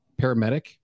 paramedic